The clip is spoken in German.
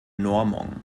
normung